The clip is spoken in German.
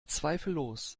zweifellos